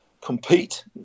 compete